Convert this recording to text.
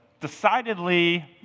decidedly